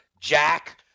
Jack